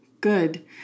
Good